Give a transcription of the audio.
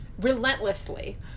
relentlessly